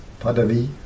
padavi